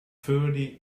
thirty